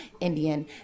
Indian